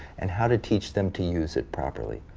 and how to teach them to use it properly.